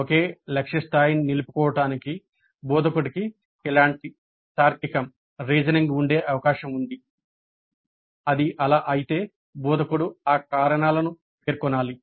ఒకే లక్ష్య స్థాయిని నిలుపుకోవటానికి బోధకుడికి ఇలాంటి తార్కికం ఉండే అవకాశం ఉంది అది అలా అయితే బోధకుడు ఆ కారణాలను పేర్కొనాలి